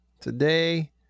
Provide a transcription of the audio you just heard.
today